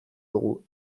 dugu